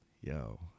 yo